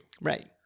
Right